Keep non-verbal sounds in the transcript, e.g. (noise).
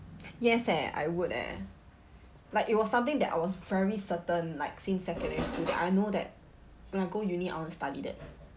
(breath) yes eh I would eh like it was something that I was very certain like since secondary school (noise) I know that when I go uni I want to study that